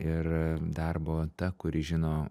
ir darbo ta kuri žino